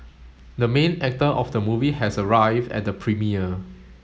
the main actor of the movie has arrived at the premiere